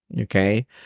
okay